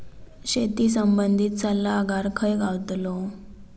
शेती संबंधित सल्लागार खय गावतलो?